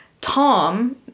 Tom